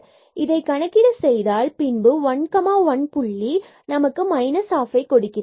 இதை கணக்கிட செய்தால் பின்பு இந்த 1 1 புள்ளி நமக்கு ½ கொடுக்கிறது